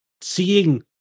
seeing